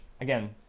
again